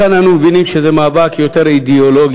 מכאן אנו מבינים שזה מאבק יותר אידיאולוגי,